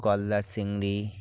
গলদা চিংড়ি